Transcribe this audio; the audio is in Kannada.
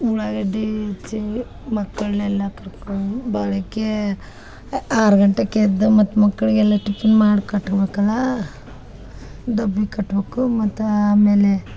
ಉಳ್ಳಾಗಡ್ಡಿ ಹೆಚ್ಚಿ ಮಕ್ಕಳ್ನೆಲ್ಲಾ ಕರ್ಕೊಂಡು ಬೆಳಗ್ಗೆ ಆರು ಗಂಟೆಕ ಎದ್ದು ಮತ್ತೆ ಮಕ್ಕಳಿಗೆಲ್ಲ ಟಿಫಿನ್ ಮಾಡಿ ಕಟ್ಟಬೇಕಲ್ಲ ಡಬ್ಬಿ ಕಟ್ಟಬೇಕು ಮತ್ತೆ ಆಮೇಲೆ